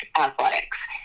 athletics